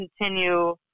continue